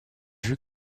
vue